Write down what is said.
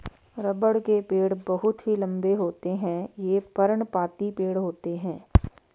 रबड़ के पेड़ बहुत ही लंबे होते हैं ये पर्णपाती पेड़ होते है